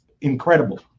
incredible